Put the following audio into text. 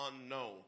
unknown